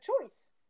choice